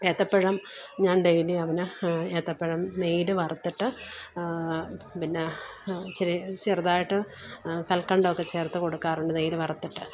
ഏത്തപ്പഴം ഞാൻ ഡെയിലി അവന് ഏത്തപ്പഴം നെയ്യിൽ വറത്തിട്ട് പിന്നെ ഇച്ചിരി ചെറുതായിട്ട് കൽക്കണ്ടമൊക്കെ ചേർത്ത് കൊടുക്കാറുണ്ട് നെയ്യിൽ വറുത്തിട്ട്